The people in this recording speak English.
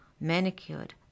manicured